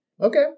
Okay